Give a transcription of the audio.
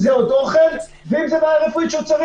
עוד אוכל או טיפול בבעיה רפואית.